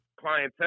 clientele